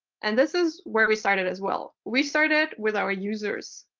and this is where we started, as well. we started with our users.